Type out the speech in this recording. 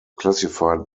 classified